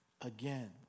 again